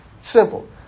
Simple